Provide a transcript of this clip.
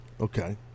Okay